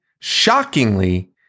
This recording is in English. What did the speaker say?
shockingly